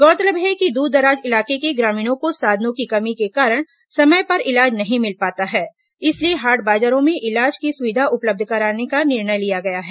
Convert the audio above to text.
गौरतलब है कि दूरदराज इलाके के ग्रामीणों को साधनों की कमी के कारण समय पर इलाज नहीं मिल पाता है इसलिए हाट बाजारों में इलाज की सुविधा उपलब्ध कराने का निर्णय लिया गया है